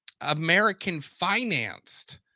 American-financed